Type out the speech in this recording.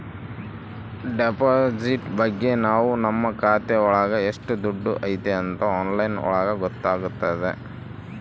deposit ಬಗ್ಗೆ ನಾವ್ ನಮ್ ಖಾತೆ ಒಳಗ ಎಷ್ಟ್ ದುಡ್ಡು ಐತಿ ಅಂತ ಆನ್ಲೈನ್ ಒಳಗ ಗೊತ್ತಾತತೆ